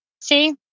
See